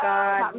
God